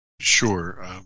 Sure